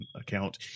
account